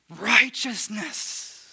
Righteousness